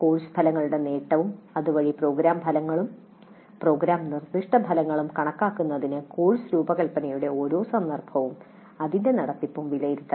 course ഫലങ്ങളുടെ നേട്ടവും അതുവഴി പ്രോഗ്രാം ഫലങ്ങളും പ്രോഗ്രാം നിർദ്ദിഷ്ട ഫലങ്ങളും കണക്കാക്കുന്നതിന് കോഴ്സ് രൂപകൽപ്പനയുടെ ഓരോ സന്ദർഭവും അതിന്റെ നടത്തിപ്പും വിലയിരുത്തണം